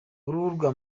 urubuga